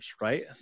Right